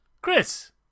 chris